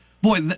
Boy